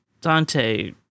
Dante